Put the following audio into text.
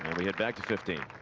we head back to fifteen.